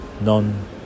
non